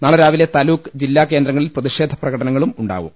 നാളെ രാവിലെ താലൂക്ക് ജില്ലാ കേന്ദ്രങ്ങളിൽ പ്രതിഷേധ പ്രകടനങ്ങളും ഉണ്ടാ യിരിക്കും